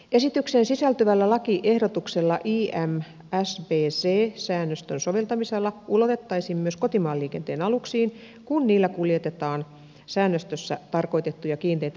esitykseen sisältyvällä lakiehdotuksella imsbc säännösten soveltamisala ulotettaisiin myös kotimaan liikenteen aluksiin kun niillä kuljetetaan säännöstössä tarkoitettuja kiinteitä irtolasteja